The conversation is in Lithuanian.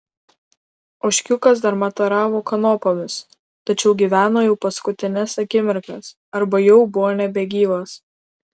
ožkiukas dar mataravo kanopomis tačiau gyveno jau paskutines akimirkas arba jau buvo nebegyvas